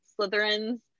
Slytherins